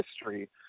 history